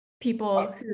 people